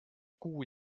kuu